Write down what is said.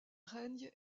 règne